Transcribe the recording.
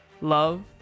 love